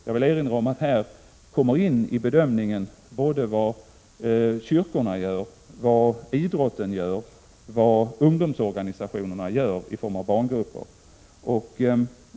Jag vill erinra om att här kommer in i bedömningen både vad kyrkan gör, vad idrotten gör och vad ungdomsorganisationerna gör i form av barngrupper.